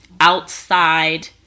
outside